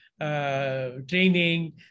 Training